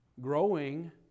growing